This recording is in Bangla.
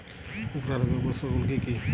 উফরা রোগের উপসর্গগুলি কি কি?